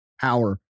power